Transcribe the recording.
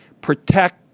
protect